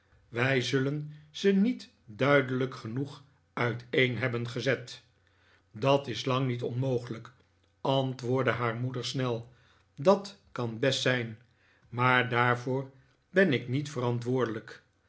wij zullen ze niet duidelijk genoeg uiteen hebben gezet dat is lang niet onmogelijk antwoordde haar moeder snel dat kan best zijn maar daarvoor ben ik niet verantwoordelijk